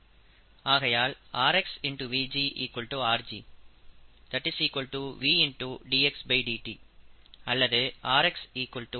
ஆகையால் rx V rg V dxdt அல்லது rx dxdt